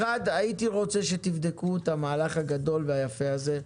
הייתי רוצה שתבדקו את המהלך הגדול והיפה הזה,